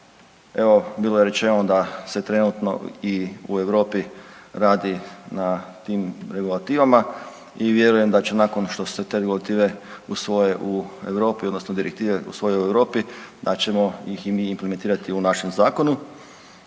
Evo bilo je rečeno da se trenutno i u Europi radi na tim regulativama i vjerujem da će nakon što se te regulative usvoje u Europi odnosno direktive usvoje u Europi da ćemo ih i mi implementirati u našem zakonu.